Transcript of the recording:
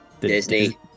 Disney